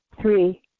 Three